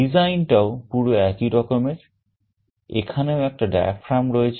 Designটাও পুরো একই রকমের এখানেও একটি diaphragm রয়েছে